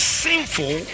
sinful